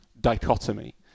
dichotomy